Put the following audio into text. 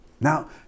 now